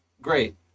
Great